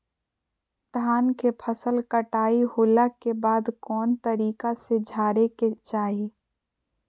धान के फसल कटाई होला के बाद कौन तरीका से झारे के चाहि?